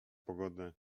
pogodę